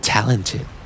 Talented